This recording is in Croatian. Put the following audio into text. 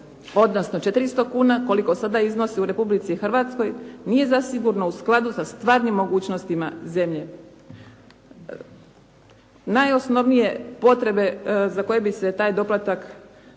odnosno 400 kuna koliko sada iznosi u Republici Hrvatskoj nije zasigurno u skladu sa stvarnim mogućnostima zemlje. Najosnovnije potrebe za koje bi se taj doplatak